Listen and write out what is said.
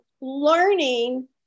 learning